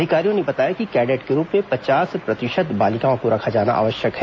अधिकारियों ने बताया कि कैंडेट के रूप में पचास प्रतिशत बालिकाओं को रखा जाना आवश्यक है